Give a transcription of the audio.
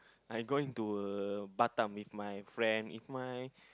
I going to uh Batam with my friend with my